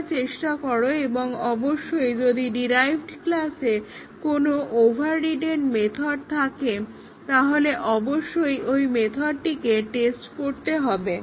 তোমরা চেষ্টা করো এবং অবশ্যই যদি ডিরাইভড ক্লাসে কোন ওভাররিডেন মেথড থাকে তাহলে অবশ্যই ওই মেথডটিকে টেস্ট করতে হবে